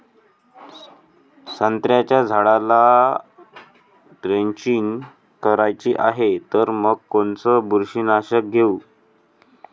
संत्र्याच्या झाडाला द्रेंचींग करायची हाये तर मग कोनच बुरशीनाशक घेऊ?